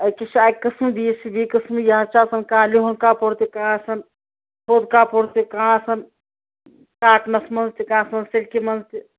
أکس چھِ اکہِ قٕسمہٕ بیٛیس چھِ بیٚیہِ قٕسمہٕ یہِ حظ چھُ آسان کانہہ لِہُن کَپُر تہِ کانہہ آسان تھوٚد کَپُرتہ کانہہ آسان کاٹنس منٛز تہِ کانہہ آسان سِلکہِ منٛز تہِ